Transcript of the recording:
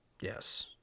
Yes